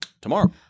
tomorrow